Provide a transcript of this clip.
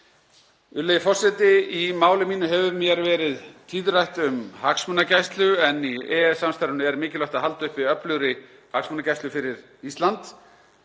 forseti. Í máli mínu hefur mér verið tíðrætt um hagsmunagæslu en í EES-samstarfinu er mikilvægt að halda uppi öflugri hagsmunagæslu fyrir Ísland.